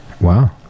Wow